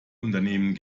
unternehmen